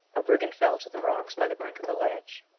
a brigand fell to the rocks by the brink of the ledge.